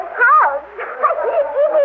house